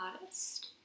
artist